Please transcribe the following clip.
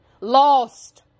lost